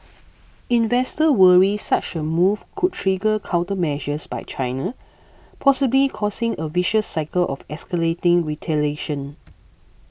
investors worry such a move could trigger countermeasures by China possibly causing a vicious cycle of escalating retaliation